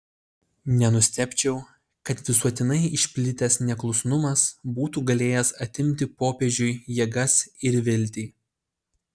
nenustebčiau kad visuotinai išplitęs neklusnumas būtų galėjęs atimti popiežiui jėgas ir viltį